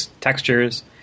textures